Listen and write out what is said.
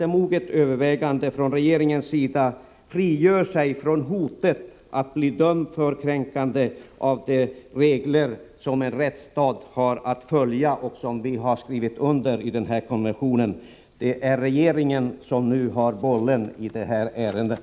H regeringeds sida på busslinjer som efter moget övervägande frigör sig från hotet att Sverige döms för kränkande ersatt järnvägs av de regler i konventionen som en rättsstat har att följa och som vi varit med trafik om att skriva under. Det är regeringen som nu har bollen i det här ärendet.